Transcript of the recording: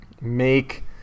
make